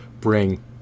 bring